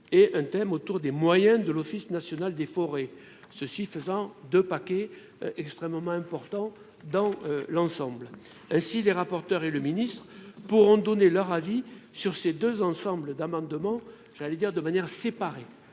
et un thème autour des moyens de l'Office national des forêts, ceux-ci faisant de paquets extrêmement important dans l'ensemble, ainsi les rapporteurs et le ministre-pourront donner leur avis sur ces 2 ensembles d'amendements, j'allais dire de manière séparée